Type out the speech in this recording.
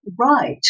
right